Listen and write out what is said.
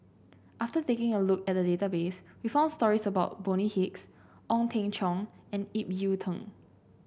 after taking a look at the database we found stories about Bonny Hicks Ong Teng Cheong and Ip Yiu Tung